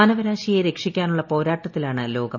മാനവരാശിയെ രക്ഷിക്കാനുള്ള് ് പ്ടോരാട്ടത്തിലാണ് ലോകം